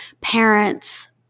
parents